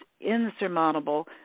insurmountable